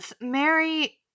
Mary